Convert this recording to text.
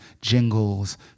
jingles